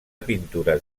pintures